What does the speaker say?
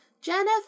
Jennifer